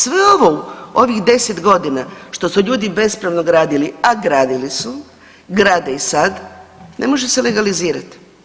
Sve ovo u ovih 10.g. što su ljudi bespravno gradili, a gradili su, grade i sad, ne može se legalizirat.